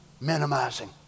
minimizing